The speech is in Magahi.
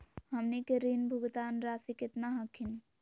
हमनी के ऋण भुगतान रासी केतना हखिन?